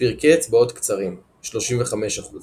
פרקי אצבעות קצרים 35%